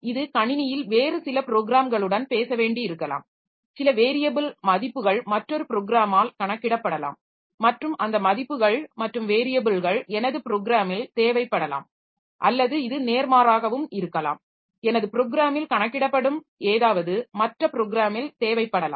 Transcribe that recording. இது கணினியில் வேறு சில ப்ரோகிராம்களுடன் பேச வேண்டியிருக்கலாம் சில வேரியபில் மதிப்புகள் மற்றொரு ப்ரோகிராமால் கணக்கிடப்படலாம் மற்றும் அந்த மதிப்புகள் மற்றும் வேரியபில்கள் எனது ப்ரோகிராமில் தேவைப்படலாம் அல்லது இது நேர்மாறாகவும் இருக்கலாம் எனது ப்ரோகிராமில் கணக்கிடப்படும் ஏதாவது மற்ற ப்ரோகிராமில் தேவைப்படலாம்